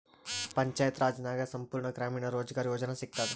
ಪಂಚಾಯತ್ ರಾಜ್ ನಾಗ್ ಸಂಪೂರ್ಣ ಗ್ರಾಮೀಣ ರೋಜ್ಗಾರ್ ಯೋಜನಾ ಸಿಗತದ